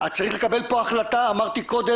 - צריך לקבל פה החלטה אמיצה.